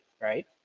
right